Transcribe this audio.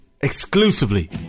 exclusively